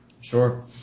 Sure